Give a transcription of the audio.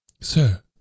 sir